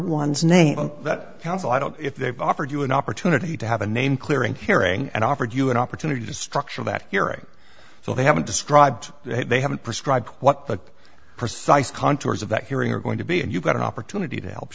one's name of that counsel i don't if they've offered you an opportunity to have a name clearing hearing and offered you an opportunity to structure that hearing so they haven't described that they haven't prescribe what the precise contours of that hearing are going to be and you've got